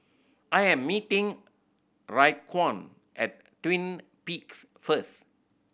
I am meeting Raekwon at Twin Peaks first